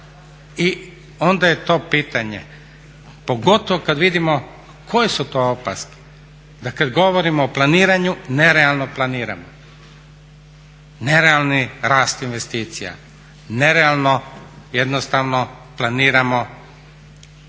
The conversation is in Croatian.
I onda je to pitanje, pogotovo kad vidimo koje su to opaske, da kad govorimo o planiranju, nerealno planiramo. Nerealni rast investicija, nerealno jednostavno planiramo prihode.